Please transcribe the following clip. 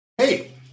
Hey